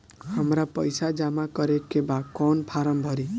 हमरा पइसा जमा करेके बा कवन फारम भरी?